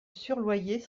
surloyer